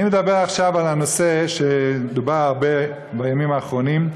אני מדבר עכשיו על הנושא שדובר עליו הרבה בימים האחרונים,